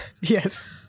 Yes